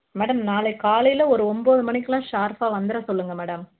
madam நாளைக் காலையில் ஒரு ஒம்பது மணிக்கெலாம் ஷார்ப்பாக வந்துட சொல்லுங்கள் மேடம்